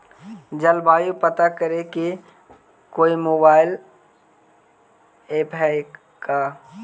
जलवायु पता करे के कोइ मोबाईल ऐप है का?